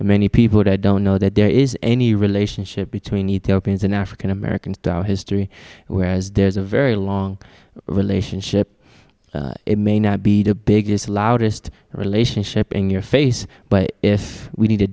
and many people don't know that there is any relationship between need therapy and an african american history whereas there's a very long relationship it may not be the biggest loudest relationship in your face but if we need